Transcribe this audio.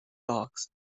dogs